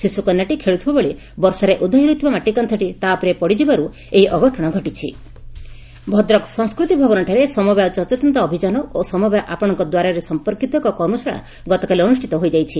ଶିଶୁ କନ୍ୟାଟି ଖେଳୁଥିବା ବେଳେ ବର୍ଷାରେ ଓଦାହୋଇ ରହିଥିବା ମାଟି କାନ୍ଟି ତା' ଉପରେ ଭାଙ୍ଗି ପଡ଼ିବାରୁ ଏହି ଅଘଟଣ ଘଟିଛି କର୍ମଶାଳା ଭଦ୍ରକ ସଂସ୍କୃତି ଭବନଠାରେ ସମବାୟ ସଚେତନତା ଅଭିଯାନ ଓ ସମବାୟ ଆପଣଙ୍କ ଦ୍ୱାରରେ ସଂପର୍କିତ ଏକ କର୍ମଶାଳା ଗତକାଲି ଅନୁଷ୍ପିତ ହୋଇଯାଇଛି